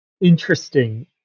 interesting